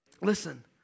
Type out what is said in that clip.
Listen